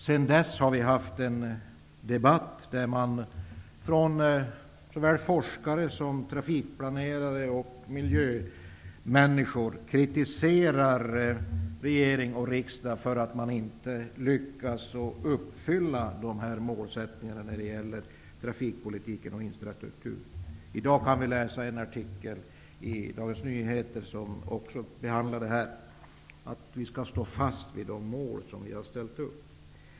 Sedan dess har vi haft en debatt där såväl forskare som trafikplanerare och miljömänniskor kritiserar regering och riksdag för att man inte lyckas att uppfylla dessa målsättningar när det gäller trafikpolitiken och infrastrukturen. I dag kan vi läsa en artikel i Dagens Nyheter som också behandlar detta att vi skall stå fast vid de mål som vi har ställt upp.